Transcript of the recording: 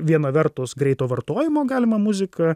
viena vertus greito vartojimo galima muziką